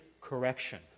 correction